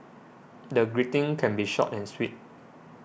the greeting can be short and sweet